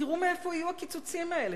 תראו מאיפה יהיו הקיצוצים האלה,